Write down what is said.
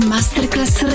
Masterclass